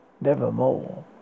nevermore